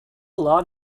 law